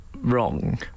wrong